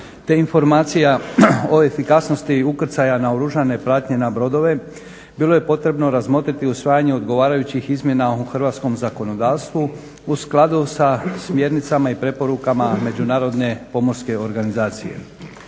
te informacija o efikasnosti ukrcaja naoružane pratnje na brodove, bilo je potrebno razmotriti usvajanja odgovarajućih izmjena u hrvatskom zakonodavstvu u skladu sa smjernicama i preporukama Međunarodne pomorske organizacije.